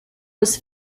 was